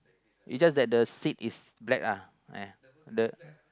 it's just that the seat is black ah eh the